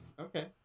okay